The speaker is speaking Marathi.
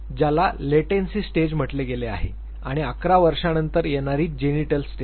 ज्याला लेटेंसी स्टेज म्हटले गेले आहे आणि अकरा वर्षानंतर येणारी जेनिटल स्टेज आहे